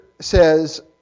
says